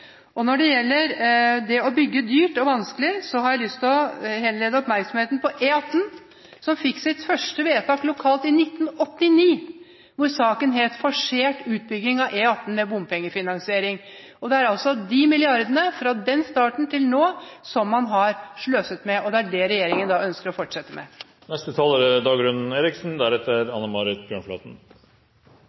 høsten. Når det gjelder det å bygge dyrt og vanskelig, har jeg lyst til å henlede oppmerksomheten på E18, som fikk sitt første vedtak lokalt i 1989 – Forsert utbygging av E18 med bompengefinansiering. Det er altså de milliardene fra den starten og til nå som man har sløst med, og det er det regjeringen ønsker å fortsette